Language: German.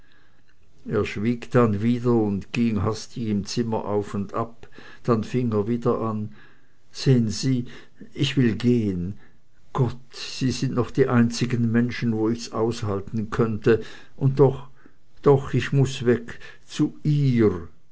er schwieg dann wieder und ging hastig im zimmer auf und ab dann fing er wieder an sehn sie ich will gehen gott sie sind noch die einzigen menschen wo ich's aushalten könnte und doch doch ich muß weg zu ihr